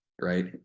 right